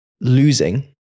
losing